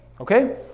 okay